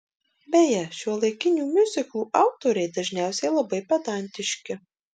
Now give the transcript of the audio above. beje šiuolaikinių miuziklų autoriai dažniausiai labai pedantiški